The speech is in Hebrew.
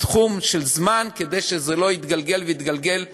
תחום של זמן, כדי שזה לא יתגלגל ויתגלגל שנים,